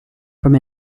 from